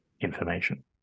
information